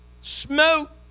smoke